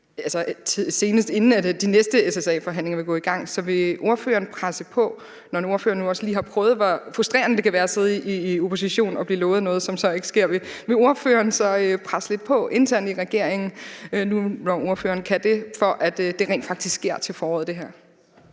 senest inden de næste SSA-forhandlingerne vil gå i gang. Så vil ordføreren presse på, når nu ordføreren også lige har prøvet, hvor frustrerende det kan være at sidde i opposition og blive lovet noget, som så ikke sker? Vil ordføreren presse lidt på internt i regeringen nu, hvor ordføreren kan det, for at det her rent faktisk sker til foråret?